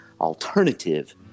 alternative